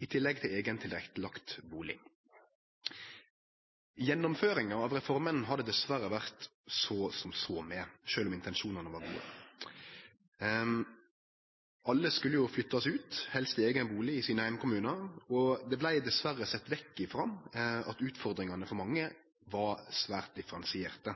i tillegg til eigen tilrettelagd bustad. Gjennomføringa av reforma har det dessverre vore så som så med, sjølv om intensjonane var gode. Alle skulle flyttast ut, helst til eigen bustad i sine heimkommunar, og det vart dessverre sett vekk ifrå at utfordringane for mange var svært